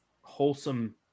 wholesome